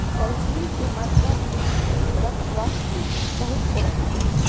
calcium के मात्रा भी स्क्वाश में बहुत होबा हई